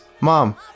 Mom